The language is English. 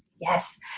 Yes